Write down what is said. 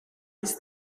ist